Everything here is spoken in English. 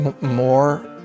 more